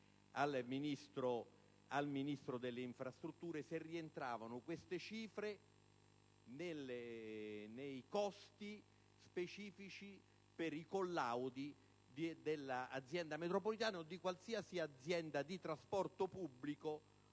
al Ministro delle infrastrutture se rientravano queste cifre nei costi specifici per i collaudi dell'azienda della metropolitana o di qualsiasi azienda di trasporto pubblico